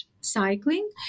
cycling